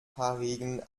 haarigen